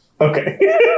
Okay